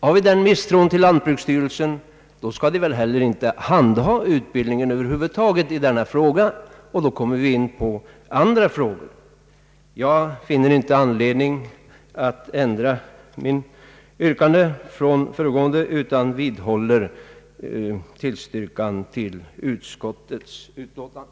Har vi den misstron, skulle väl heller inte lantbruksstyrelsen få handha utbildningen över huvud taget, och då kommer vi in på andra frågor. Jag finner inte anledning att ändra mitt tidigare yrkande utan vidhåller min tillstyrkan av utskottets utlåtande.